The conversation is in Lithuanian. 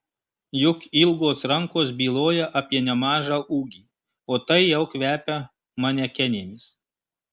juk ilgos rankos byloja apie nemažą ūgį o tai jau kvepia manekenėmis